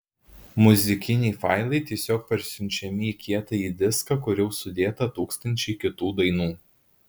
muzikiniai failai tiesiog parsiunčiami į kietąjį diską kur jau sudėta tūkstančiai kitų dainų